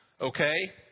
Okay